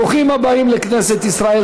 ברוכים הבאים לכנסת ישראל.